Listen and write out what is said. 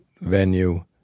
venue